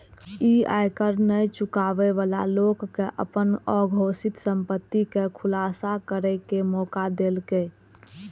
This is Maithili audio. ई आयकर नै चुकाबै बला लोक कें अपन अघोषित संपत्ति के खुलासा करै के मौका देलकै